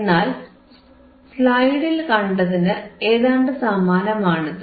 എന്നാൽ സ്ലൈഡിൽ കണ്ടതിന് ഏതാണ്ടു സമാനമാണ് അത്